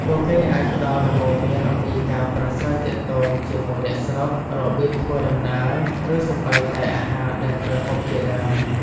ពួកគេអាចផ្ដល់ដំបូន្មានអំពីការប្រាស្រ័យទាក់ទងជាមួយអ្នកស្រុក របៀបធ្វើដំណើរ ឬសូម្បីតែអាហារដែលត្រូវហូបជាដើម ។